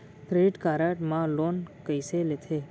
Credit card मा loan कइसे लेथे?